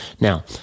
Now